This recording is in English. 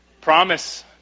Promise